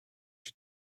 you